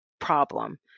problem